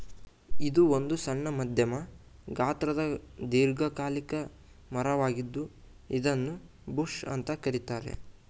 ಇದು ಒಂದು ಸಣ್ಣ ಮಧ್ಯಮ ಗಾತ್ರದ ದೀರ್ಘಕಾಲಿಕ ಮರ ವಾಗಿದೆ ಇದನ್ನೂ ಬುಷ್ ಅಂತ ಕರೀತಾರೆ